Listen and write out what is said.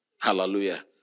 Hallelujah